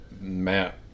Matt